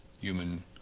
human